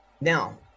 Now